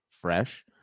fresh